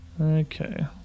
Okay